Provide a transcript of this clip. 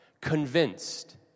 convinced